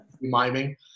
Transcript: miming